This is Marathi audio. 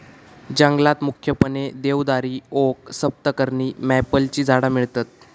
जंगलात मुख्यपणे देवदारी, ओक, सप्तपर्णी, मॅपलची झाडा मिळतत